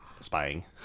spying